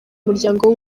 umuryango